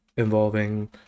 Involving